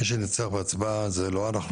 מי שנמצא בהצבעה הם לא אנחנו,